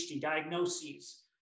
diagnoses